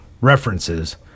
references